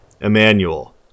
Emmanuel